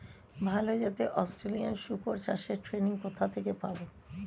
ভালো জাতে অস্ট্রেলিয়ান শুকর চাষের ট্রেনিং কোথা থেকে পাব?